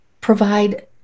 provide